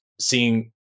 seeing